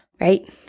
right